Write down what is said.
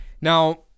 now